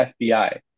FBI